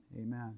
amen